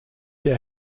der